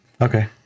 Okay